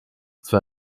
zwei